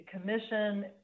commission